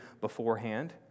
beforehand